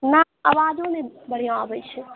नहि आवाजो नहि बढ़िआँ आबैत छै